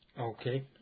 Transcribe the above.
Okay